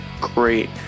great